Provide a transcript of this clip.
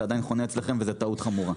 זה עדיין חונה אצלכם וזה טעות חמורה.